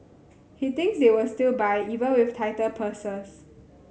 he thinks they will still buy even with tighter purses